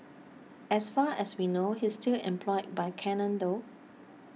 as far as we know he's still employed by Canon though